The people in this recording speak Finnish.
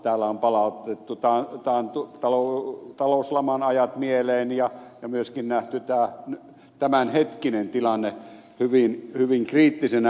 täällä on palautettu talouslaman ajat mieleen ja myöskin nähty tämänhetkinen tilanne hyvin kriittisenä